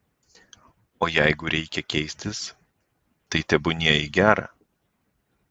o jeigu reikia keistis tai tebūnie į gera